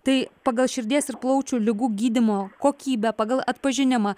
tai pagal širdies ir plaučių ligų gydymo kokybę pagal atpažinimą